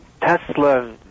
Tesla